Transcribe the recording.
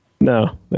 No